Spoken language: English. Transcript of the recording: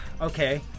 Okay